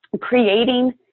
creating